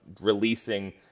releasing